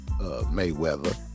Mayweather